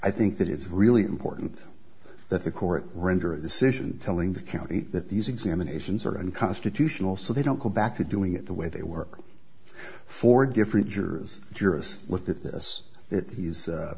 i think that it's really important that the court render a decision telling the county that these examinations are unconstitutional so they don't go back to doing it the way they work for different jurors jurors look at this th